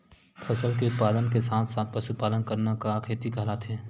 फसल के उत्पादन के साथ साथ पशुपालन करना का खेती कहलाथे?